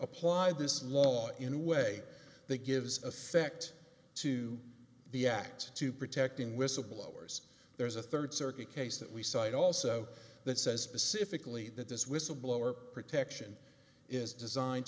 apply this law in a way that gives effect to the act to protecting whistleblowers there's a third circuit case that we cite also that says specifically that this whistleblower protection is designed